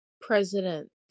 president